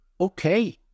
Okay